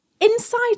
inside